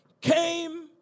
came